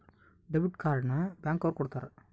debit card ನ bank ಅವ್ರು ಕೊಡ್ತಾರ